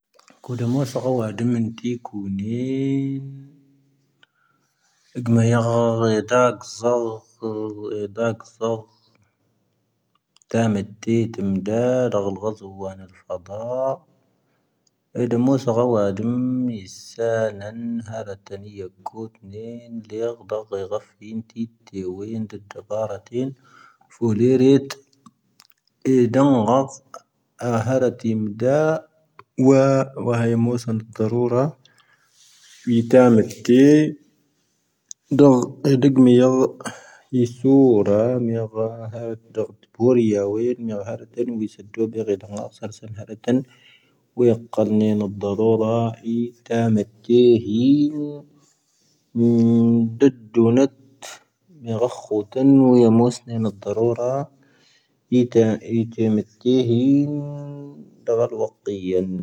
ⵇⵓⴷ ⵎⵡoⵙ ⴰⵡⴰⴷ ⵎⵏⵜⵉ ⴽoⵓⵏⴻⵏ. ⵉⵇⵎⴰ ⵢⴰⴳⴳⵀⴰ ⴷⵀⴰⵇⵣⴰⵡ. ⵜⴰⵎⴰ ⴷⴷⴻⵀⵜ ⵎⴷⵀⴰ. ⴷⴰⴳ ⴰⵍ ⴳⵀⴰⵣⴰⵡ ⵡⴰ ⵏⵉⵍⴼⴰⴷⴰ. ⵉⵇⵎⵡoⵙ ⴰⵡⴰⴷ ⵎⵏⵜⵉ. ⵙⴰ ⵏⴰⵏ. ⵀⴰ ⵔⴰ ⵜⴰⵏⵉ ⵢⴰⴳⴳoⵜ ⵏⴻⵏⴻ. ⵍⴻ ⴰⴳⴳⵀⴰ ⴳⵀⴰⴼⵉ ⵏⵜⵉⵜⵉ. ⵡⴻⵏⴷ ⴷⴷⴳⵀⴰⴰⵔⴰ ⵜⴻⵏⴻ. ⴼⵓⵀⵍⴻⴻⵔⵉⵜ. ⵉⵇⵎⵡoⵙ ⴰⵡⴰⴷ ⵎⵏⵜⵉ. ⵡⴰ ⵡⴰ ⵢⴰⵎoⵙⵏ ⵏⵜⴰⵔⵓⵔⴰ. ⵢⵉⵜⴰⵎⴻⵜⵜⴻ. ⴷⴰⵇⴻ ⴷⵉⴳⵎⵉ ⵢⴰⵡⵉⵙⵓⵔⴰ. ⵎⵉⵢⴰⴳⵀⴰⵀⴰⴷ ⴷⴰⵇⴻ pⵓⵔⵢⴰ ⵡⴰⵉⵔ ⵎⵉⵢⴰⴳⵀⴰⵀⴰⴷ. ⵡⴰ ⵉⵙⴰⴷⴷⵓ ⴱⴳⵀⴻ ⴷⵓⵏⴳⴰ ⴰⵙⴰⵔ ⵙⴰⵎⵀⴰⵔⴻⵜⴰⵏ. ⵡⴰ ⵢⴰⴽⵇⴰⵍ ⵏⴻⵏⴻ ⵏⵜⴰⵔⵓⵔⴰ. ⵢⵉⵜⴰⵎⴻⵜⵜⴻ ⵀⴻⴻⵏ. ⵏⴷⴻ ⴷⵓⵏⴻⵜ. ⵎⵉⵢⴰⴳⵀⴰⴽⴽoⵜⴰⵏ. ⵡⴰ ⵢⴰⵎoⵙⵏ ⵏⴻⵏⴻ ⵏⵜⴰⵔⵓⵔⴰ. ⵢⵉⵜⴰⵎⴻⵜⵜⴻ ⵀⴻⴻⵏ. ⴷⴰⵡⴰⵔ ⵡⴰⵇⵜⵉⵢⴰⵏ.